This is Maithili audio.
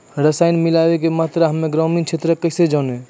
रसायन मिलाबै के मात्रा हम्मे ग्रामीण क्षेत्रक कैसे जानै?